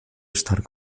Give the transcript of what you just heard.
estar